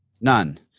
none